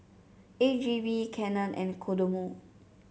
A G V Canon and Kodomo